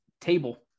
table